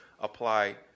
apply